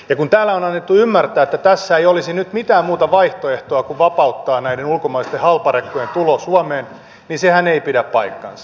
ja kun täällä on annettu ymmärtää että tässä ei olisi nyt mitään muuta vaihtoehtoa kuin vapauttaa näiden ulkomaisten halparekkojen tulo suomeen niin sehän ei pidä paikkaansa